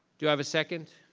do i have a second?